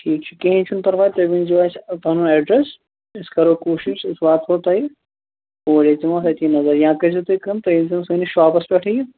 ٹھیٖک چھُ کِہیٖنٛۍ تہِ چھُنہٕ پَرواے تُہۍ ؤنۍزیٚو اَسہِ پَنُن ایٚڈرس أسۍ کَرو کوٗشِش أسۍ واتہٕ ہو تۅہہِ اوٗرۍ أسی دِمو اتھ پَتہٕ أتی نظر یا کٔرۍزیٚو تُہۍ کٲم تُہۍ أنۍزیٚو سٲنِس شاپَس پیٚٹھٕے یہِ